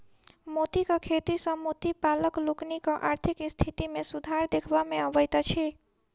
मोतीक खेती सॅ मोती पालक लोकनिक आर्थिक स्थिति मे सुधार देखबा मे अबैत अछि